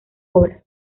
obras